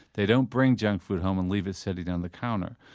they don't bring junk food home and leave it sitting on the counter.